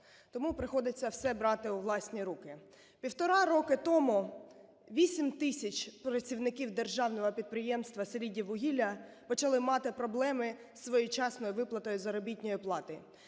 Тому приходиться все брати у власні руки. Півтора роки тому 8 тисяч працівників державного підприємства "Селидіввугілля" почали мати проблеми із своєчасною виплатою заробітної плати.